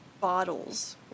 bottles